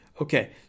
Okay